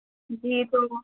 جی تو